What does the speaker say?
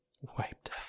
Wiped